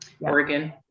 oregon